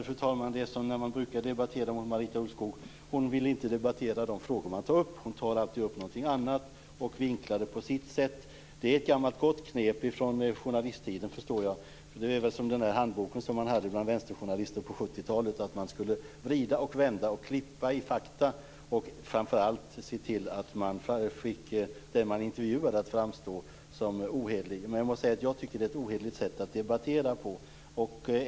Fru talman! Det är som när man debatterar med Marita Ulvskog: Hon vill inte debattera de frågor man tar upp, hon tar alltid upp någonting annat och vinklar det på sitt sätt. Det är ett gammalt gott knep från journalisttiden, förstår jag. Det är väl som i den handbok som man hade bland vänsterjournalister på 70 talet, att man skulle vrida och vända, klippa i fakta och framför allt se till att man fick den som man intervjuade att framstå som ohederlig. Jag måste säga att det är ett ohederligt sätt att debattera på.